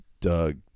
Doug